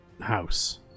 house